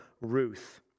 Ruth